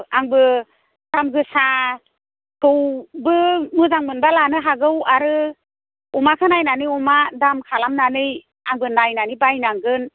आंबो दाम गोसाखौबो मोजां मोनब्ला लानो हागौ आरो अमाखौ नायनानै अमा दाम खालामनानै आंबो नायनानै बायनांगोन